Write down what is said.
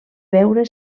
veure